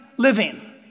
living